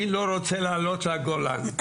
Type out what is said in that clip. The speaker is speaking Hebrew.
אני לא רוצה לעלות לגולן.